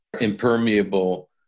Impermeable